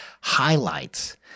highlights—